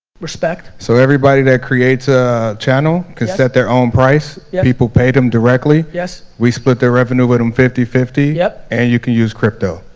respect. so everybody that creates a channel can set their own price. people pay them directly. we split the revenue with them fifty fifty, yeah and you can use crypto.